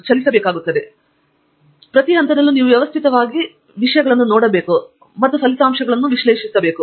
ಹೇಗಾದರೂ ಪ್ರತಿ ಹಂತದಲ್ಲಿ ನೀವು ವ್ಯವಸ್ಥಿತವಾಗಿ ವಿಷಯಗಳನ್ನು ಮಾಡಬೇಕು ಮತ್ತು ಅದರಿಂದ ಹೊರಬರುವ ಫಲಿತಾಂಶಗಳನ್ನು ವಿಶ್ಲೇಷಿಸಬೇಕು